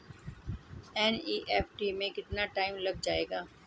NEFT में कितना time लग जाएगा?